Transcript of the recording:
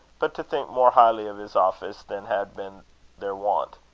but to think more highly of his office than had been their wont.